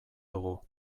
dugu